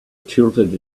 tilted